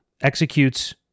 executes